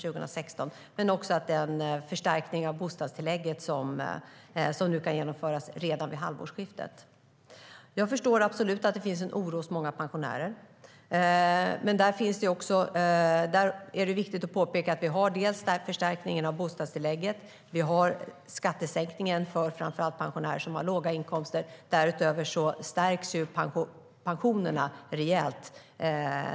Jag är också glad över förstärkningen av bostadstillägget som kan genomföras redan vid halvårsskiftet. Jag förstår att det finns en oro hos många pensionärer. Det är dock viktigt att påpeka att vi har förstärkningen av bostadstillägget och skattesänkningen för pensionärer med låga inkomster. Dessutom stärks pensionerna rejält.